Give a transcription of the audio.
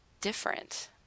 different